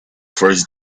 first